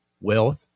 wealth